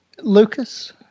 lucas